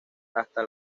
hasta